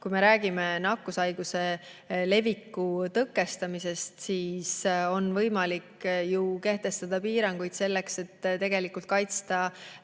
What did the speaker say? Kui me räägime nakkushaiguse leviku tõkestamisest, siis on võimalik kehtestada piiranguid selleks, et tegelikult kaitsta